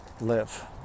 live